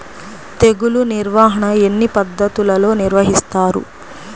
తెగులు నిర్వాహణ ఎన్ని పద్ధతులలో నిర్వహిస్తారు?